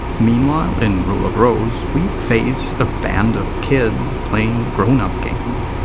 meanwhile in rule of rose. we face a band of kids playing grown-up games.